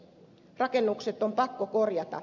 rakennukset on pakko korjata